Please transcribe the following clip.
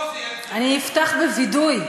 אני אפתח בווידוי,